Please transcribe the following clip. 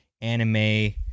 anime